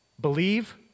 Believe